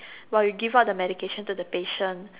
while you give out the medication to the patient